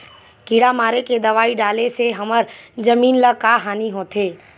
किड़ा मारे के दवाई डाले से हमर जमीन ल का हानि होथे?